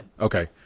Okay